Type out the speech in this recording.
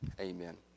amen